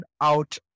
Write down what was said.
out